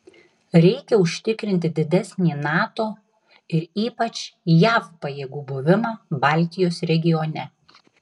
reikia užtikrinti didesnį nato ir ypač jav pajėgų buvimą baltijos regione